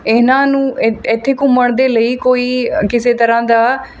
ਇਹਨਾਂ ਨੂੰ ਇ ਇੱਥੇ ਘੁੰਮਣ ਦੇ ਲਈ ਕੋਈ ਅ ਕਿਸੇ ਤਰ੍ਹਾਂ ਦਾ